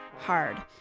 Hard